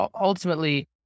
ultimately